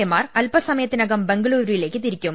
എമാർ അൽപ സമ യത്തിനകം ബംഗുളൂരുവിലേക്ക് തിരിക്കും